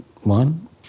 one